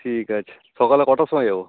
ঠিক আছে সকালে কটার সময়ে যাবো